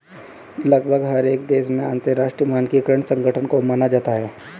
लगभग हर एक देश में अंतरराष्ट्रीय मानकीकरण संगठन को माना जाता है